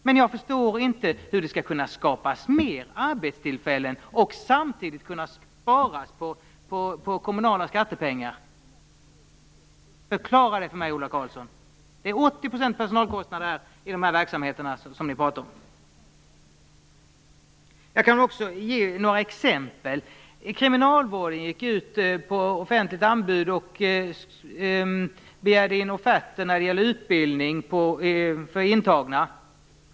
Men jag förstår inte hur det skall kunna skapas fler arbetstillfällen och samtidigt kunna sparas på kommunala skattepengar. Förklara det för mig, Ola Karlsson. Det är 80 % personalkostnader i de verksamheter som ni pratar om. Jag kan också ge några exempel. Kriminalvården gick ut offentligt och begärde in offerter när det gällde utbildning för intagna.